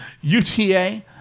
UTA